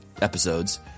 episodes